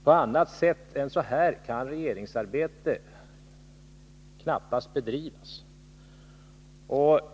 På annat sätt kan regeringsarbetet knappast bedrivas.